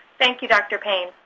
thank you, dr. paine.